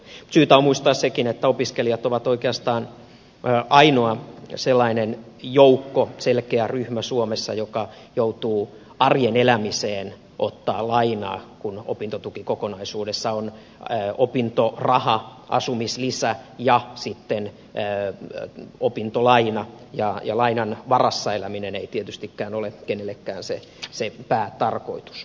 mutta syytä on muistaa sekin että opiskelijat ovat oikeastaan ainoa sellainen joukko selkeä ryhmä suomessa joka joutuu arjen elämiseen ottamaan lainaa kun opintotuki kokonaisuudessaan on opintoraha asumislisä ja sitten opintolaina ja lainan varassa eläminen ei tietystikään ole kenellekään se päätarkoitus